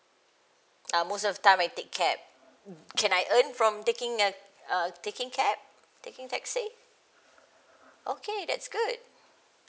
ah most of the time I take cab can I earn from taking a uh taking cab taking taxi okay that's good